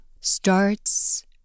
starts